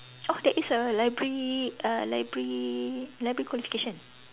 oh there is a library uh library library qualification